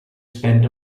spend